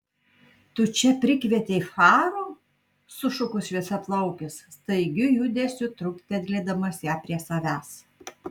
tu čia prikvietei farų sušuko šviesiaplaukis staigiu judesiu truktelėdamas ją prie savęs